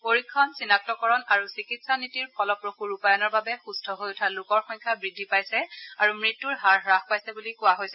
পৰীক্ষণ চিনাক্তকৰণ আৰু চিকিৎসা নীতি ফলপ্ৰসূ ৰূপায়ণৰ বাবে সুন্থ হৈ উঠা লোকৰ সংখ্যা বৃদ্ধি পাইছে আৰু মৃত্যুৰ হাৰ য়াস পাইছে বুলি কোৱা হৈছে